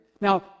Now